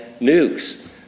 nukes